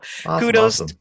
kudos